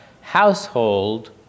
household